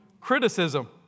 Criticism